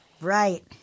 Right